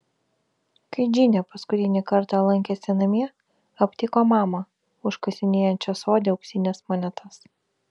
kai džinė paskutinį kartą lankėsi namie aptiko mamą užkasinėjančią sode auksines monetas